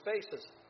spaces